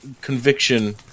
conviction